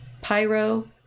Pyro